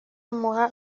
muha